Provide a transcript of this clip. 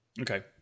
okay